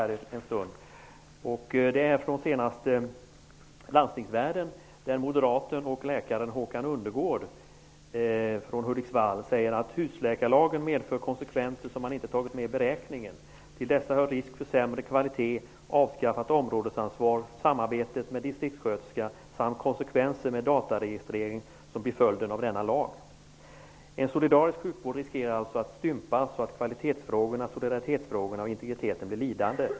I senaste numret av Landstingsvärlden, skriver moderaten och läkaren Håkan Unnegård från ''Husläkarlagen medför konsekvenser som man inte tagit med i beräkningen. Till dessa hör risk för sämre kvalitet, avskaffat områdesansvar, samarbetet med distriktssköterskorna samt konsekvenser med dataregistering som blir följden av denna lag. --- En solidarisk sjukvård riskerar alltså att stympas så att kvalitetsfrågor, solidaritetsfrågor och integritet blir lidande.